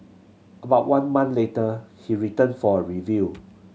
about one month later he returned for a review